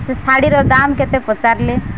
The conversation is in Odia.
ସେ ଶାଢ଼ୀର ଦାମ୍ କେତେ ପଚାରିଲେ